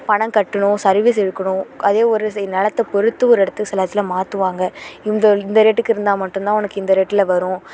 பணம் கட்டணும் சர்வீஸு இழுக்கணும் அதே ஒரு சைடு நிலத்த பொறுத்து ஒரு இடத்த சில இடத்துல மாற்றுவாங்க இங்கே இந்த ரேட்டுக்கு இருந்தால் மட்டும் தான் உனக்கு இந்த ரேட்டில் வரும்